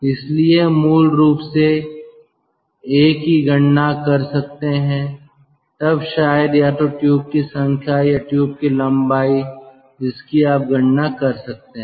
इसलिए मूल रूप से a की गणना कर सकते हैं तब शायद या तो ट्यूब की संख्या या ट्यूब की लंबाई जिसकी आप गणना कर सकते हैं